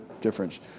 difference